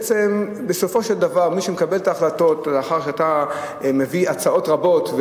בסופו של דבר מי שמקבל את ההחלטות לאחר שאתה מביא הצעות רבות,